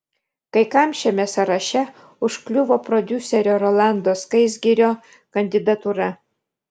kai kam šiame sąraše užkliuvo prodiuserio rolando skaisgirio kandidatūra